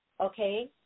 Okay